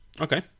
Okay